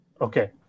Okay